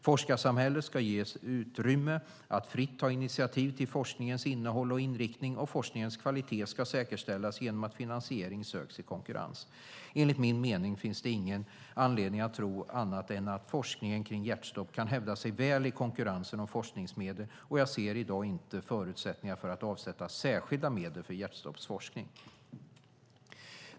Forskarsamhället ska ges utrymme att fritt ta initiativ till forskningens innehåll och inriktning, och forskningens kvalitet ska säkerställas genom att finansiering söks i konkurrens. Enligt min mening finns det ingen anledning att tro annat än att forskning om hjärtstopp kan hävda sig väl i konkurrensen om forskningsmedel, och jag ser i dag inte förutsättningar för att avsätta särskilda medel för hjärtstoppsforskning.